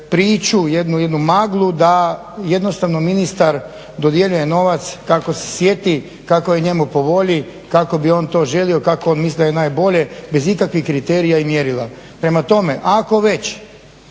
priču, jednu maglu da jednostavno ministar dodjeljuje novac kako se sjeti, kako je njemu po volji kako bi on to želio, kako on misli da je najbolje bez ikakvih kriterija i mjerila. Prema tome, ako već